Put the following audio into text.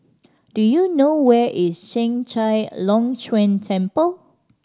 do you know where is Chek Chai Long Chuen Temple